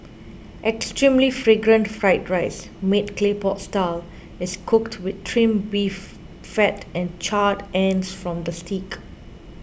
extremely Fragrant Fried Rice made Clay Pot Style is cooked with Trimmed Beef Fat and charred ends from the steak